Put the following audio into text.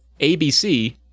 ABC